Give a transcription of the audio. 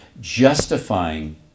justifying